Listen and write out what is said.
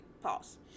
pause